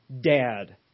dad